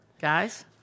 Guys